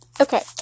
okay